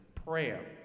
prayer